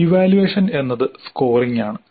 evaluation എന്നത് scoring ആണ്